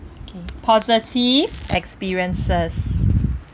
K positive experiences